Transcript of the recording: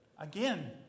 Again